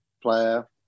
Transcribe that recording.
player